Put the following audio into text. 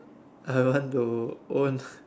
I want to own